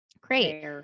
Great